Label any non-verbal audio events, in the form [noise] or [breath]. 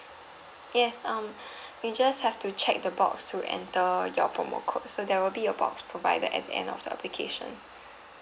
yes um [breath] you just have to check the box to enter your promo code so there will be a box provided at end of the application